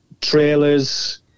trailers